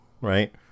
right